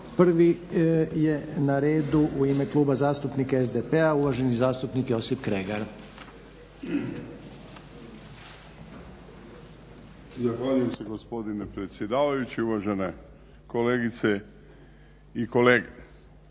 Prvi je na redu u ime Kluba zastupnika SDP-a uvaženi zastupnik Josip Kregar. **Kregar, Josip (Nezavisni)** Zahvaljujem se gospodine predsjedavajući. Uvažene kolegice i kolege.